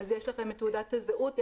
שיש את תעודת הזהות,